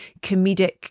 comedic